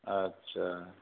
आदसा